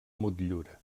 motllura